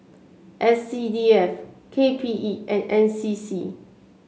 S C D F K P E and N C C